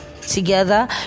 together